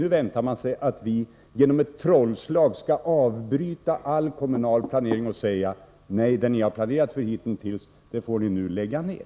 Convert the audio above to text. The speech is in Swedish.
Nu väntar man sig att vi som genom ett trollslag skall avbryta all kommunal planering och säga: Det ni hittills har planerat får ni nu lägga ned!